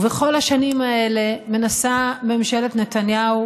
ובכל השנים האלה מנסה ממשלת נתניהו,